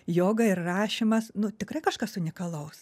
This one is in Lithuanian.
joga ir rašymas nu tikrai kažkas unikalaus